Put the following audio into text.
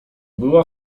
była